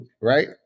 Right